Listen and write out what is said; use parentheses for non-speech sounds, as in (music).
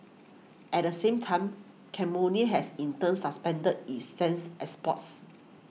at the same time (unintelligible) has in turn suspended its since exports